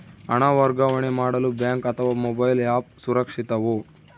ಹಣ ವರ್ಗಾವಣೆ ಮಾಡಲು ಬ್ಯಾಂಕ್ ಅಥವಾ ಮೋಬೈಲ್ ಆ್ಯಪ್ ಸುರಕ್ಷಿತವೋ?